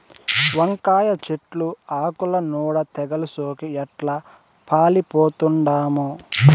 వంకాయ చెట్లు ఆకుల నూడ తెగలు సోకి ఎట్లా పాలిపోతండామో